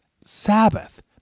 Sabbath